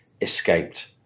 escaped